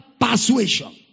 persuasion